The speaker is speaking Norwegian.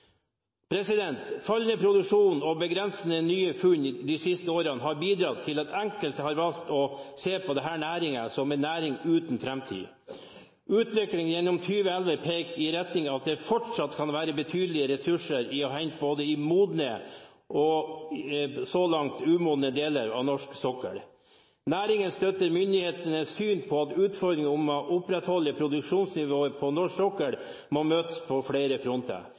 Fallende produksjon og begrensede nye funn de siste årene har bidratt til at enkelte har valgt å se på denne næringen som en næring uten framtid. Utviklingen gjennom 2011 peker i retning av at det fortsatt kan være betydelige ressurser å hente både i modne og så langt umodne deler av norsk sokkel. Næringen støtter myndighetenes syn om at utfordringene med å opprettholde produksjonsnivået på norsk sokkel må møtes på flere fronter.